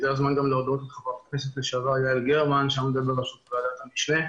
זה הזמן גם להודות לח"כ לשעבר יעל גרמן שעמדה בראשות ועדת המשנה,